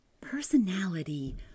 personality